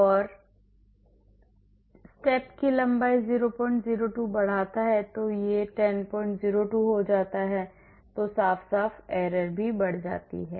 यदि मैं चरण की लंबाई 002 बढ़ाता हूं तो यह 1002 हो जाती है error बढ़ गई है